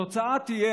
התוצאה תהיה,